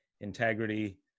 integrity